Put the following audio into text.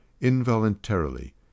Involuntarily